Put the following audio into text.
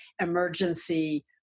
emergency